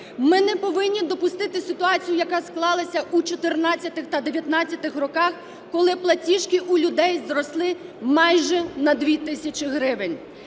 Ми не повинні допустити ситуацію, яка склалася у 14-х та 19-х роках, коли платіжки у людей зросли майже на 2 тисячі гривень.